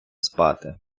спати